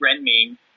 Renmin